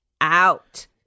out